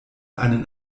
einen